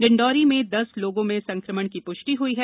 डिण्डौरी में दस लोगों में संकमण की पुष्टि हुई है